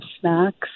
snacks